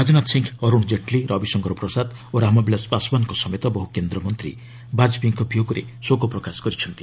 ରାଜନାଥ ସିଂ ଅରୁଣ୍ ଜେଟ୍ଲୀ ରବିଶଙ୍କର ପ୍ରସାଦ ଓ ରାମବିଳାସ ପାଶ୍ୱାନ୍ଙ୍କ ସମେତ ବହୁ କେନ୍ଦ୍ରମନ୍ତ୍ରୀ ବାଜପେୟୀଙ୍କ ବିୟୋଗରେ ଶୋକ ପ୍ରକାଶ କରିଛନ୍ତି